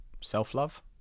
self-love